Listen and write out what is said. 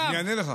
אני אענה לך.